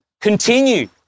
Continue